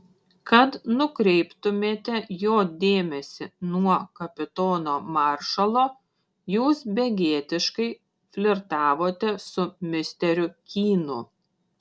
kad nukreiptumėte jo dėmesį nuo kapitono maršalo jūs begėdiškai flirtavote su misteriu kynu